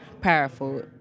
powerful